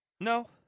No